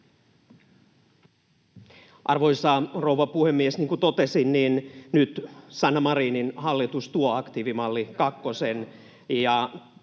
Arvoisa rouva puhemies! Niin kuin totesin, nyt Sanna Marinin hallitus tuo aktiivimalli kakkosen